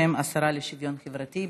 בשם השרה לשוויון חברתי.